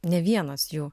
ne vienas jų